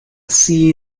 see